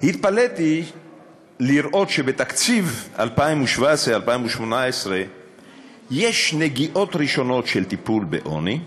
התפלאתי לראות שבתקציב 2017 2018 יש נגיעות ראשונות של טיפול בעוני,